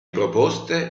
proposte